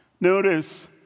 Notice